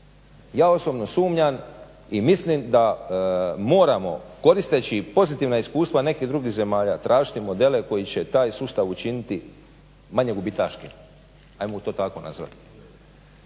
Ja osobno sumnjam i mislim da moramo koristeći pozitivna iskustva nekih drugih zemalja tražiti modele koji će taj sustav učiniti manje gubitaškim ajmo to tako nazvati.